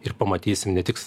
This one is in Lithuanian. ir pamatysim ne tik